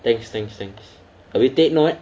thanks thanks thanks I will take note